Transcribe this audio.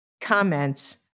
comments